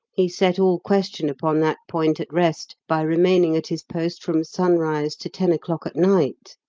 he set all question upon that point at rest by remaining at his post from sunrise to ten o'clock at night.